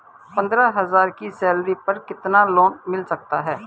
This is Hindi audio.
पंद्रह हज़ार की सैलरी पर कितना लोन मिल सकता है?